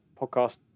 podcast